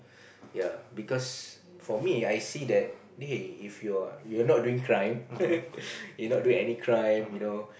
ya because for me I see that hey if you're you're not doing crime you're not doing any crime you know